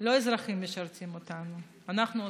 לא האזרחים משרתים אותנו, אנחנו אותם.